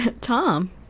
Tom